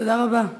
תודה רבה.